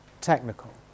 technical